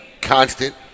constant